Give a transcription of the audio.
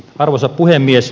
arvoisa puhemies